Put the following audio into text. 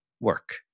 work